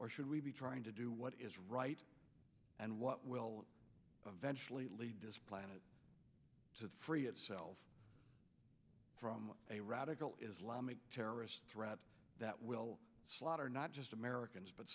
or should we be trying to do what is right and what will eventually lead this planet to free itself from a radical islamic terrorist threat that will slaughter not just americans but